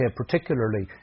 particularly